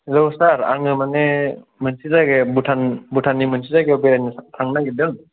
हेल' सार आङो माने मोनसे जायगायाव भुटाननि मोनसे जायगायाव बेरायनो थांनो नागिरदों